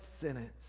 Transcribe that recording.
sentence